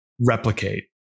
replicate